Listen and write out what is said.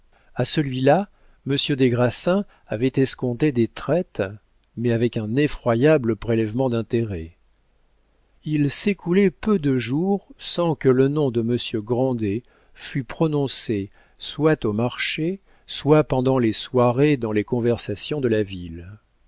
à celui-là monsieur des grassins avait escompté des traites mais avec un effroyable prélèvement d'intérêts il s'écoulait peu de jours sans que le nom de monsieur grandet fût prononcé soit au marché soit pendant les soirées dans les conversations de la ville